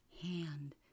hand